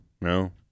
no